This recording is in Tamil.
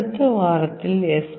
அடுத்த வாரத்தில் எஸ்